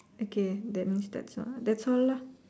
okay that means that's all that's all lah